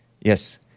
Yes